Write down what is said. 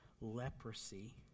leprosy